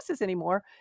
anymore